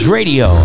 Radio